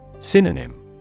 Synonym